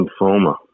lymphoma